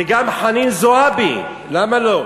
וגם חנין זועבי, למה לא?